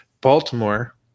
Baltimore